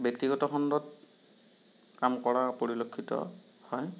ব্যক্তিগত খণ্ডত কাম কৰা পৰিলক্ষিত হয়